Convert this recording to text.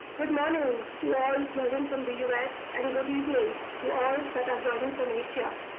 good morning to all joining from the us, and good evening to all that are joining from asia.